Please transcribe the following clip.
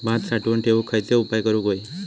भात साठवून ठेवूक खयचे उपाय करूक व्हये?